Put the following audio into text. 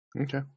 Okay